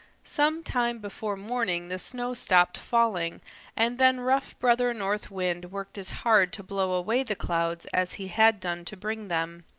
some time before morning the snow stopped falling and then rough brother north wind worked as hard to blow away the clouds as he had done to bring them.